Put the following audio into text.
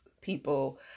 people